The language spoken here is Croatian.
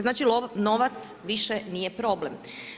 Znači novac više nije problem.